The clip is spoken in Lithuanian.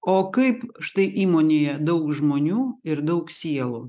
o kaip štai įmonėje daug žmonių ir daug sielų